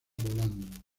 volando